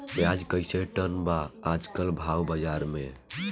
प्याज कइसे टन बा आज कल भाव बाज़ार मे?